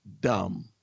dumb